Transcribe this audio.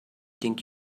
think